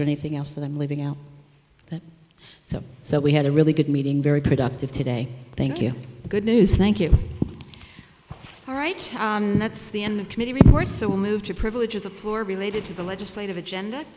there anything else that i'm leaving out so so we had a really good meeting very productive today thank you good news thank you all right that's the end of committee report so move to privilege of the floor related to the legislative agenda